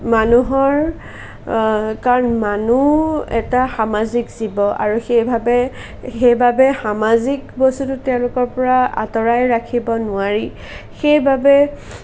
মানুহৰ কাৰণ মানুহ এটা সামাজিক জীৱ আৰু সেইবাবে সেইবাবে সামাজিক বস্তুটো তেওঁলোকৰ পৰা আঁতৰাই ৰাখিব নোৱাৰি সেইবাবে